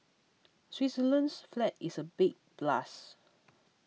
Switzerland's flag is a big plus